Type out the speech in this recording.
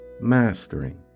Mastering